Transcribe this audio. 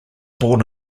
born